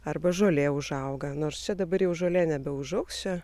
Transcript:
arba žolė užauga nors čia dabar jau žolė nebeužaugs čia